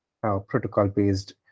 protocol-based